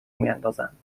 میاندازند